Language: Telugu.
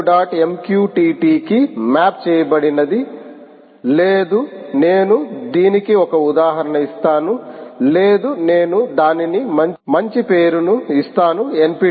MQTT కి మ్యాప్ చేయబడినది లేదు నేను దీనికి ఒక ఉదాహరణ ఇస్తాను లేదు నేను దానిని మంచి పేరుకు ఇస్తాను nptel